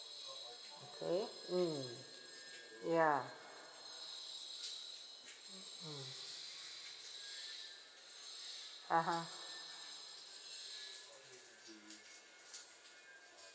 okay mm yeah mm (uh huh)